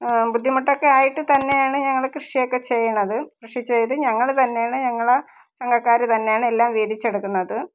ബുദ്ധിമുട്ടൊക്കെ ആയിട്ട് തന്നെയാണ് ഞങ്ങൾ കൃഷിയൊക്കെ ചെയ്യുന്നത് കൃഷി ചെയ്ത് ഞങ്ങൾ തന്നെയാണ് ഞങ്ങളെ സംഘക്കാർ തന്നെയാണ് എല്ലാം വീതിച്ചെടുക്കുന്നത്